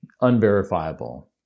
unverifiable